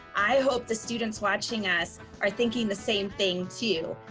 i hope the students watching us are thinking the same thing, too.